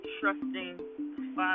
trusting